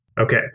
Okay